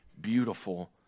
beautiful